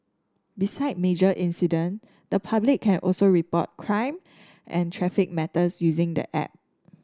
beside major incident the public can also report crime and traffic matters using the app